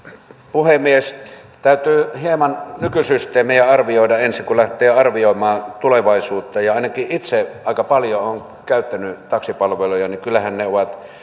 puhemies täytyy hieman nykysysteemejä arvioida ensin kun lähtee arvioimaan tulevaisuutta ainakin itse aika paljon olen käyttänyt taksipalveluja ja kyllähän ne ovat